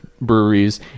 breweries